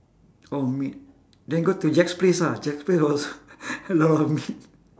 oh meat then go to jack's place ah jack's place als~ a lot of meat